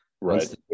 right